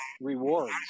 rewards